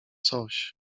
coś